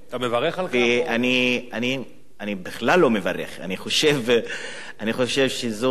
אני בכלל לא מברך, אני חושב שזו טעות,